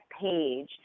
page